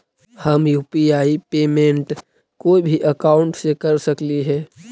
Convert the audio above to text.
हम UPI payment कोई भी अकाउंट से कर सकली हे?